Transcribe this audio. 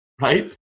right